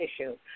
issue